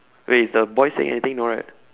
wait is the boy saying anything no right